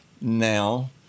Now